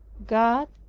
god,